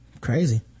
crazy